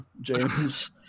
James